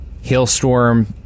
Hailstorm